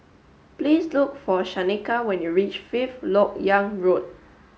please look for Shaneka when you reach Fifth Lok Yang Road